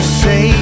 say